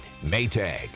Maytag